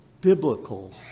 biblical